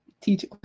teach